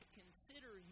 consider